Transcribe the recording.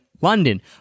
London